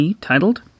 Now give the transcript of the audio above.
titled